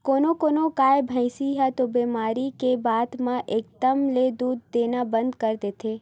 कोनो कोनो गाय, भइसी ह तो बेमारी के बाद म एकदम ले दूद देना बंद कर देथे